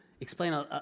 explain